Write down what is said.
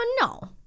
no